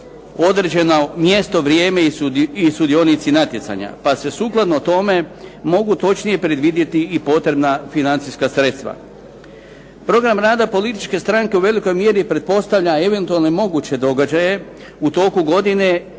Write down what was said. određeno mjesto, vrijeme i sudionici natjecanja, pa se sukladno tome mogu točnije predvidjeti i potrebna financijska sredstva. Program rada političke stranke u velikoj mjeri pretpostavlja i eventualne moguće događaje u toku godine